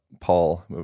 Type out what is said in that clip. paul